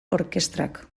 orkestrak